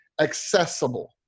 accessible